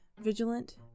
vigilant